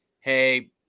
hey